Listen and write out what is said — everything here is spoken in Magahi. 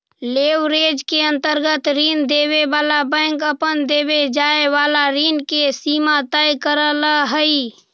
लेवरेज के अंतर्गत ऋण देवे वाला बैंक अपन देवे जाए वाला ऋण के सीमा तय करऽ हई